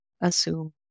assume